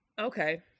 Okay